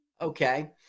Okay